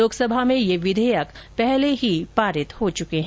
लोकसभा में ये विधेयक पहले ही पारित हो चुके हैं